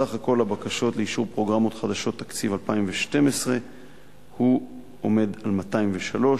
סך הכול הבקשות לאישור פרוגרמות חדשות בתקציב 2012 עומד על 203,